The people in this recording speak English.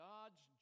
God's